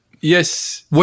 Yes